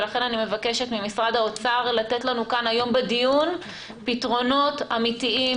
לכן אני מבקשת ממשרד האוצר לתת לנו כאן היום בדיון פתרונות אמיתיים